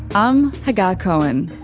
i'm hagar cohen